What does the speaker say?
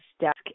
desk